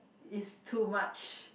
is too much